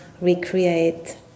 recreate